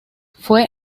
fue